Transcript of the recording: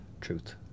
truth